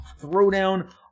throwdown